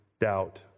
doubt